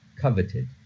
coveted